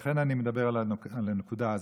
לכן אני מדבר על הנקודה הזאת,